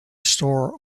store